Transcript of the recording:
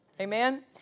Amen